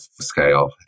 scale